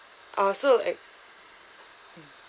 uh so like